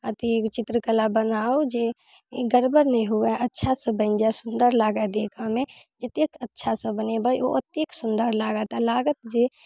अथी चित्रकला बनाउ जे गड़बड़ नहि हुए अच्छासँ बनि जाइ सुन्दर लागै देखऽमे जतेक अच्छासँ बनेबै ओ ओतेक सुन्दर लागत आओर लागत जे